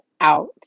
out